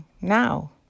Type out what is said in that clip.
now